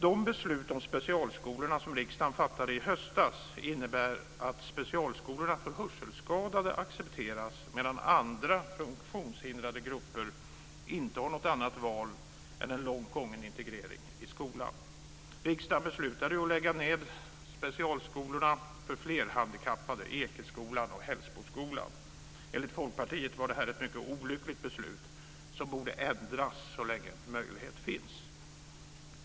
De beslut om specialskolorna som riksdagen fattade i höstas innebär att specialskolorna för hörselskadade accepteras medan andra grupper funktionshindrade inte har något annat val än en långt gången integrering i skolan. Riksdagen beslutade ju att lägga ned specialskolorna för flerhandikappade, Ekeskolan och Hällsboskolan. Enligt Folkpartiet var det ett mycket olyckligt beslut som borde ändras medan möjligheten finns.